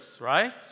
right